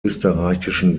österreichischen